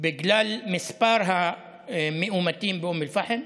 בגלל מספר המאומתים באום אל-פחם,